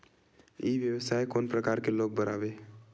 ई व्यवसाय कोन प्रकार के लोग बर आवे?